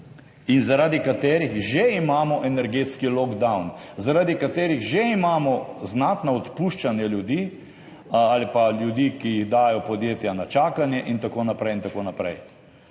zaradi katerih že imamo energetski lockdown, zaradi katerih že imamo znatna odpuščanja ljudi ali pa ljudi, ki jih dajo podjetja na čakanje in tako naprej. Verjamem,